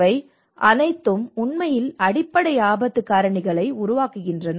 இவை அனைத்தும் உண்மையில் அடிப்படை ஆபத்து காரணிகளை உருவாக்குகின்றன